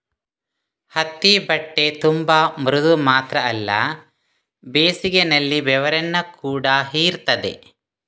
ಹತ್ತಿ ಬಟ್ಟೆ ತುಂಬಾ ಮೃದು ಮಾತ್ರ ಅಲ್ಲ ಬೇಸಿಗೆನಲ್ಲಿ ಬೆವರನ್ನ ಕೂಡಾ ಹೀರ್ತದೆ